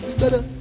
better